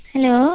Hello